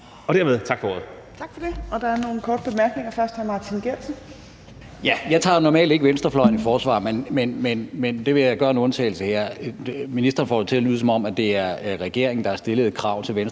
næstformand (Trine Torp): Tak for det. Der er nogle korte bemærkninger. Det er først hr. Martin Geertsen. Kl. 11:52 Martin Geertsen (V): Jeg tager normalt ikke venstrefløjen i forsvar, men jeg vil gøre en undtagelse her. Ministeren får det jo til at lyde, som om det er regeringen, der har stillet et krav til venstrefløjen